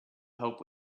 help